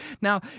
Now